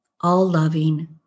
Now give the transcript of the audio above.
all-loving